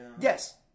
Yes